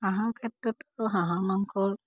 হাঁহৰ ক্ষেত্ৰততো হাঁহৰ মাংস